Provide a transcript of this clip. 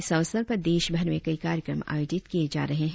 इस अवसर पर देश भर में कई कार्यक्रम आयोजित किए जा रहे हैं